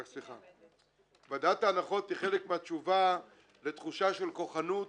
ועדת ההנחות היא חלק מהתשובה לתחושה של כוחנות